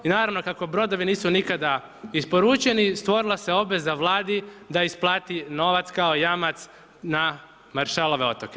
I naravno kako brodovi nisu nikada isporučeni stvorila se obveza Vladi da isplati novac kao jamac na Maršalove Otoke.